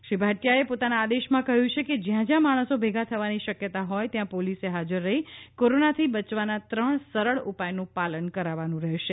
શ્રી ભાટિયાએ પોતાના આદેશમાં કહ્યું છે કે જ્યાં જ્યાં માણસો ભેગા થવાની શક્યતા હોય ત્યાં પોલીસે હાજર રહી કોરોનાથી બયવાના ત્રણ સરળ ઉપાય નું પાલન કરાવવાનું રહેશે